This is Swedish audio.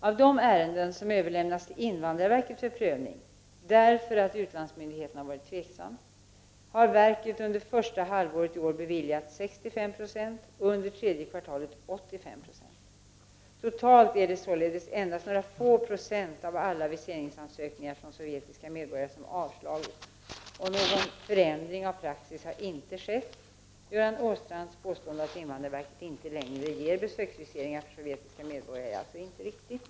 Av de ärenden som överlämnats till invandrarverket för prövning, därför att utlandsmyndigheten varit tveksam, har verket under första halvåret i år beviljat 65 96 och under tredje kvartalet 85 26. Totalt är det således endast några få procent av alla viseringsansökningar från sovjetiska medborgare som avslagits. Någon förändring av praxis har inte skett. Göran Åstrands påstående att invandrarverket inte längre ger besöksvisering för sovjetiska medborgare är alltså inte riktigt.